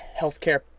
healthcare